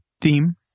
theme